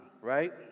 right